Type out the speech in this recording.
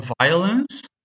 violence